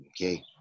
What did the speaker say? okay